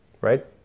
right